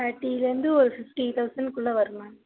தேர்ட்டிலருந்து ஒரு fifty thousand குள்ளே வரும் மேம்